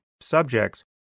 subjects